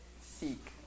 seek